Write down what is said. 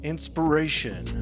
inspiration